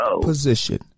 position